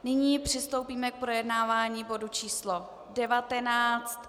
Nyní přistoupíme k projednávání bodu č. 19.